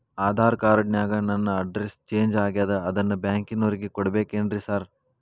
Aadhaar card ನ್ಯಾಗ ನನ್ address change ಆಗ್ಯಾದ ಅದನ್ನ ಬ್ಯಾಂಕಿನೊರಿಗೆ ಕೊಡ್ಬೇಕೇನ್ರಿ ಸಾರ್?